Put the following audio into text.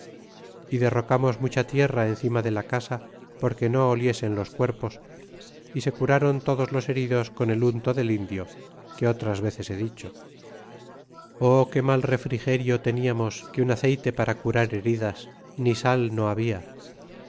y derrocamos mucha tierra encima de la casa porque no oliesen los cuerpos y se curron todos los heridos con el unto del indio que otras veces he dicho o qué mal refrigerio teníamos que un aceyte sara curar heridas ni sal no habla